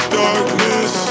darkness